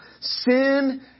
sin